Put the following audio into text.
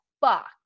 fuck